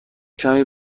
کمی